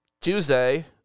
Tuesday